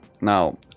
Now